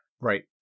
Right